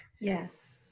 Yes